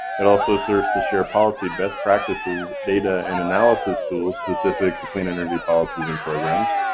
it also serves to share policy best practices, data, and analysis tools specific to clean energy policies and programs.